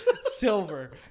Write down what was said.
Silver